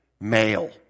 male